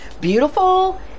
beautiful